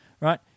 Right